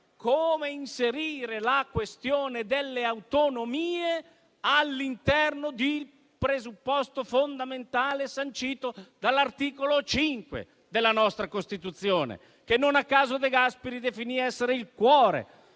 come inserire la questione delle autonomie all'interno del presupposto fondamentale sancito dall'articolo 5 della nostra Costituzione, che non a caso De Gasperi definì essere il cuore